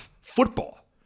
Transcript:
football